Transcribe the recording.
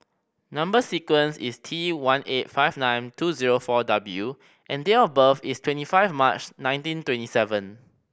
number sequence is T one eight five nine two zero four W and date of birth is twenty five March nineteen twenty seven